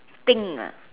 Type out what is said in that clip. thing ah